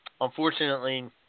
Unfortunately